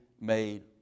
made